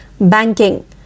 Banking